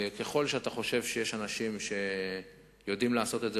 וככל שאתה חושב שיש אנשים שיודעים לעשות את זה,